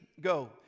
go